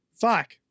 Fuck